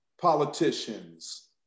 politicians